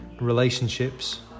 relationships